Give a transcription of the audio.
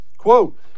Quote